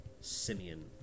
Simeon